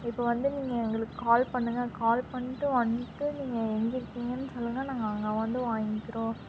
இப்போ வந்து நீங்கள் எங்களுக்கு கால் பண்ணுங்க கால் பண்ணிட்டு வந்துட்டு நீங்கள் எங்கே இருக்கீங்கன்னு சொல்லுங்க நாங்கள் அங்கே வந்து வாங்கிக்கிறோம்